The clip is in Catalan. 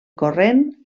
corrent